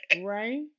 Right